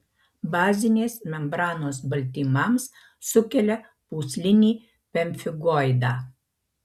bazinės membranos baltymams sukelia pūslinį pemfigoidą